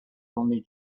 only